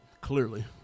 Clearly